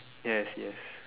yes yes